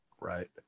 Right